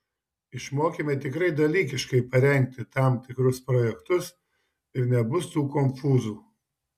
išmokime tikrai dalykiškai parengti tam tikrus projektus ir nebus tų konfūzų